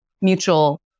mutual